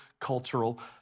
cultural